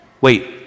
wait